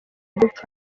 gupfa